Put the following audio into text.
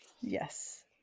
Yes